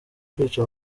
kwica